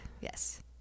yes